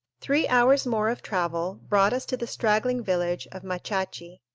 three hours more of travel brought us to the straggling village of machachi,